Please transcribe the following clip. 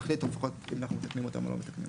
להחליט אם אנחנו מתקנים אותם או לא מתקנים.